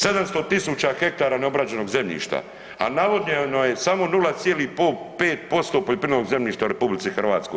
700 000 ha neobrađenog zemljišta, a navodnjeno je samo 0,5% poljoprivrednog zemljišta u RH.